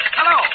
Hello